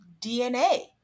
DNA